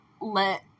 let